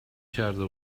کرده